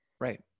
Right